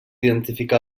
identificar